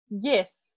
Yes